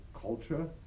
culture